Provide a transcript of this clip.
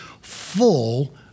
full